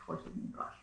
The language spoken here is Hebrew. ככל שזה נדרש.